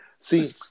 See